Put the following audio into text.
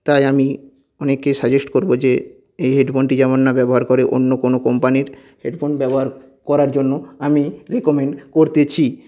তাই আমি অনেককে সাজেস্ট করব যে এই হেডফোনটি যেন না ব্যবহার করে অন্য কোনও কোম্পানির হেডফোন ব্যবহার করার জন্য আমি রেকমেণ্ড করতেছি